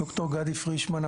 ד"ר גדי פרישמן,